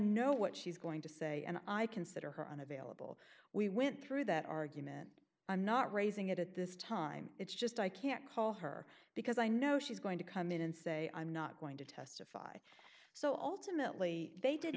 know what she's going to say and i consider her unavailable we went through that argument i'm not raising it at this time it's just i can't call her because i know she's going to come in and say i'm not going to testify so ultimately they did